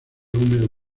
húmedo